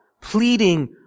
pleading